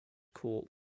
corps